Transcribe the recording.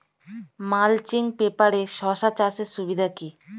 Mulching পেপারে শসা চাষের সুবিধা কি?